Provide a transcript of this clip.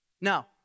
No